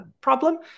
problem